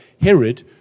Herod